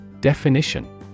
Definition